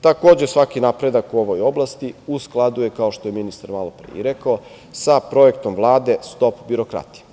Takođe, svaki napred u ovoj oblasti u skladu je, kao što je ministar malopre rekao, sa Projektom Vlade "Stop birokratiji"